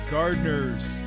Gardeners